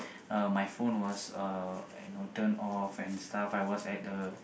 uh my phone was uh you know turned off and stuff I was at the